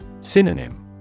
Synonym